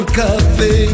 café